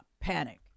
panic